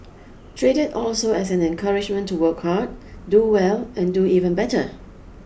treat it also as an encouragement to work hard do well and do even better